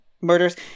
murders